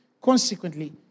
consequently